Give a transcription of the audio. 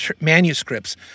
manuscripts